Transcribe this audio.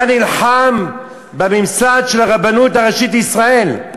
אתה נלחם בממסד של הרבנות הראשית לישראל,